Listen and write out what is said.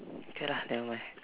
okay lah nevermind